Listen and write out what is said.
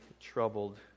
troubled